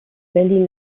berlin